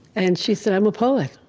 and she said, i'm a poet.